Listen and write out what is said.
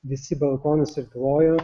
visi į balkonus ir plojo